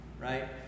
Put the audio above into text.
right